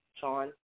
Sean